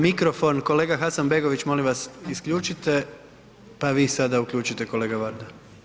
Mikrofon, kolega Hasanbegović, molim vas, isključite, a vi sada uključite kolega Varda.